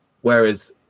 whereas